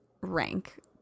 rank